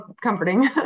comforting